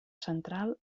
central